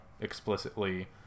explicitly